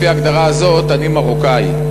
לפי ההגדרה הזאת אני מרוקני,